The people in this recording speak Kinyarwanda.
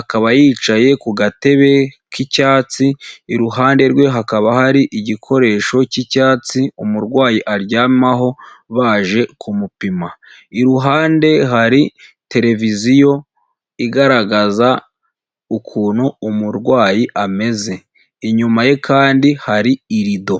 akaba yicaye ku gatebe k'icyatsi iruhande rwe hakaba hari igikoresho cy'icyatsi umurwayi aryamaho baje kumupima, iruhande hari tereviziyo igaragaza ukuntu umurwayi ameze, inyuma ye kandi hari irido.